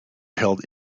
held